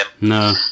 No